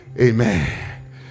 Amen